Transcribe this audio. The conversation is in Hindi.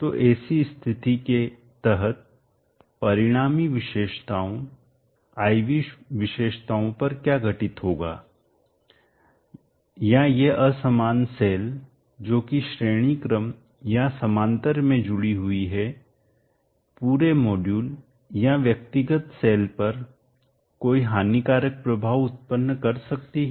तो ऐसी स्थिति के तहत परिणामी विशेषताओं I V विशेषताओं पर क्या घटित होगा या ये असमान सेल जो की श्रेणी क्रम या समांतर में जुड़ी हुई है पूरे मॉड्यूल या व्यक्तिगत सेल पर कोई हानिकारक प्रभाव उत्पन्न कर सकती हैं